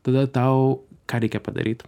tada tau ką reikia padaryt